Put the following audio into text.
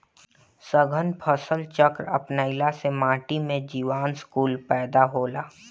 सघन फसल चक्र अपनईला से माटी में जीवांश कुल पैदा होला